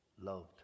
loved